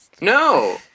No